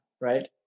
right